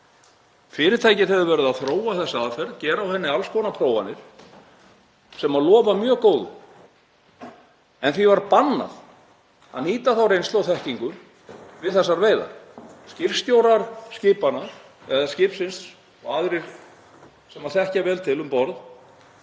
Fyrirtækið hefur verið að þróa þessa aðferð, gera á henni alls konar prófanir sem lofa mjög góðu en því var bannað að nýta þá reynslu og þekkingu við þessar veiðar. Skipstjórar skipsins og aðrir sem þekkja vel til um borð